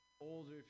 older